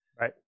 Right